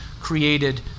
created